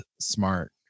smart